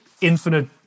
infinite